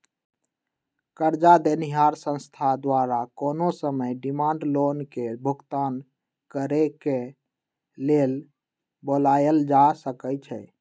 करजा देनिहार संस्था द्वारा कोनो समय डिमांड लोन के भुगतान करेक लेल बोलायल जा सकइ छइ